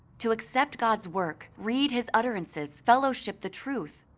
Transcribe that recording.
to accept god's work, read his utterances, fellowship the truth.